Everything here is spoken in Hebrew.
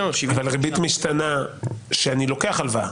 עליו --- אבל ריבית משתנה כשאני לוקח הלוואה?